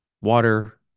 Water